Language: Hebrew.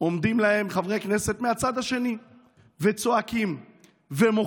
עומדים להם חברי כנסת מהצד השני וצועקים ומוחים,